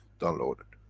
downloaded.